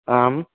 आम्